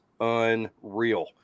unreal